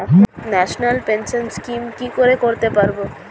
National pension scheme কি করে করতে পারব?